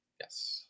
Yes